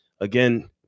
again